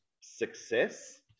success